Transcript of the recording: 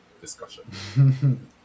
discussion